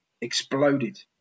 exploded